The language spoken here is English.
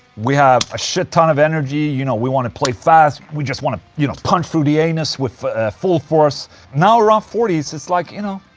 we have a shit ton of energy, you know, we want to play fast we just want to you know punch through the anus with full force now around forty s it's like, you know.